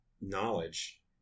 knowledge